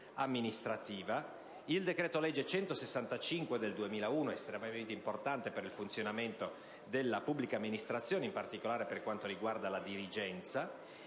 il decreto-legge n. 165 del 2001 (estremamente importante per il funzionamento della pubblica amministrazione, in particolare per quanto riguarda la dirigenza),